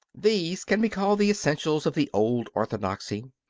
these can be called the essentials of the old orthodoxy,